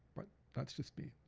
but that's just me.